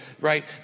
Right